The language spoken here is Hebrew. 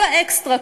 כל האקסטרה,